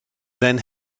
then